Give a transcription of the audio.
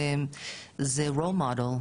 זה role model,